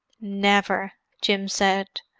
never! jim said.